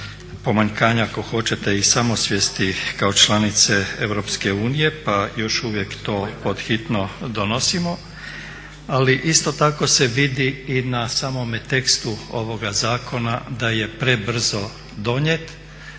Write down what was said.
ako hoćete i samosvijesti kao članice Europske unije pa još uvijek to pod hitno donosimo, ali isto tako se vidi i na samome tekstu ovoga zakona da je prebrzo donijet